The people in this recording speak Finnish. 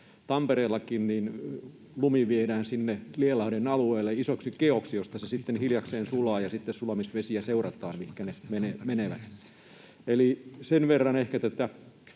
Tampereellakin lumi viedään sinne Lielahden alueelle isoksi keoksi, josta se sitten hiljakseen sulaa, ja sitten sulamisvesiä seurataan, mihinkä ne menevät. Sen verran ehkä tätä